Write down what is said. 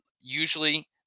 usually